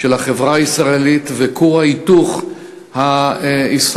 של החברה הישראלית וכור ההיתוך הישראלי.